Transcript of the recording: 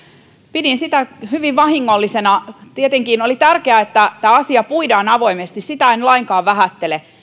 pidin sitä hyvin vahingollisena tietenkin oli tärkeää että tämä asia puidaan avoimesti sitä en lainkaan vähättele